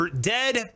dead